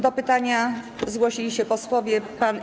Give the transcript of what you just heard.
Do pytania zgłosili się posłowie.